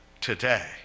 Today